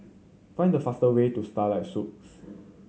find the fastest way to Starlight Suites